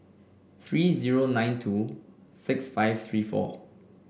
three zero nine two six five three four